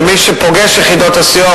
ומי שפוגש יחידות הסיוע,